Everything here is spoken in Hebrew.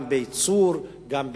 גם בייצור, גם בדישון.